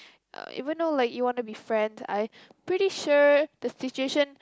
uh even know like you want to be friend I pretty sure the situation